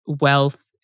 wealth